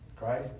Right